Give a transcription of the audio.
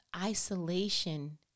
Isolation